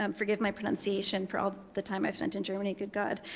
um forgive my pronunciation, for all the time i've spent in germany, good god,